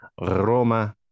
Roma